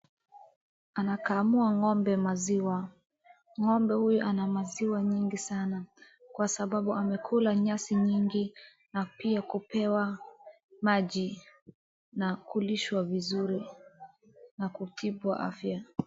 Anakamu a ng'ombe maziwa, ng'ombe huyu ana maziwa nyingi sana kwa sababu amekula nyasi nyingi, na pia kupewa maji na kulishwa vizuri na kuishi kwa afya.